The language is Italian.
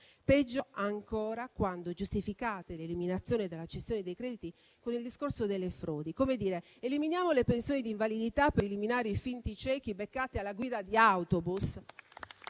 Peggio ancora, giustificate l'eliminazione della cessione dei crediti con il discorso delle frodi, come dire che vanno eliminate le pensioni di invalidità per eliminare i finti ciechi beccati alla guida di autobus.